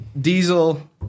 Diesel